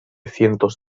cientos